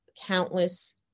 countless